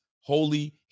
Holy